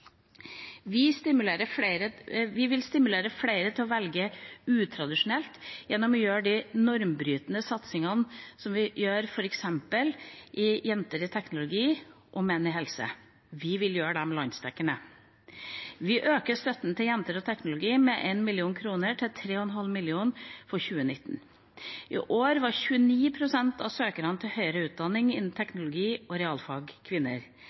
Vi vil stimulere flere til å velge utradisjonelt gjennom å gjøre de normbrytende satsingene som vi gjør f.eks. med «Jenter og teknologi» og «Menn i helse», landsdekkende. Vi øker støtten til Jenter og teknologi med 1 mill. kr, til 3,5 mill. kr for 2019. I år var 29 pst. av søkerne til høyere utdanning innen teknologi- og realfag kvinner.